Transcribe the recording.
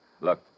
Look